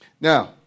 Now